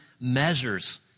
measures